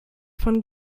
von